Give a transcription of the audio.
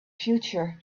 future